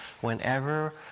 whenever